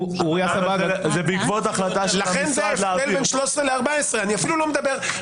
זה בעקבות החלטה של המשרד להעביר אותו.